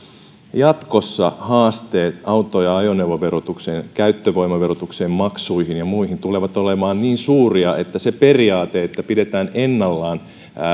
jatkossa haasteet auto ja ajoneuvoverotukseen käyttövoimaverotukseen maksuihin ja muihin tulevat olemaan niin suuria että se periaate että pidetään ennallaan